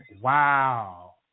Wow